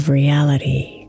reality